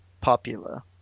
popular